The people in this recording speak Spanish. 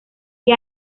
que